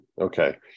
Okay